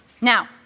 Now